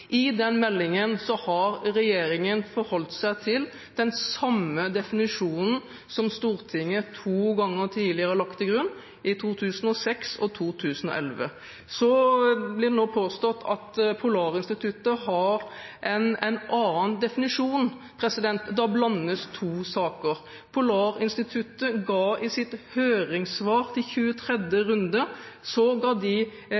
I denne meldingen har regjeringen forholdt seg til den samme definisjonen som Stortinget to ganger tidligere har lagt til grunn, i 2006 og 2011. Så blir det nå påstått at Polarinstituttet har en annen definisjon. Da blander en to saker. Polarinstituttet ga i sitt høringssvar til